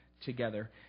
together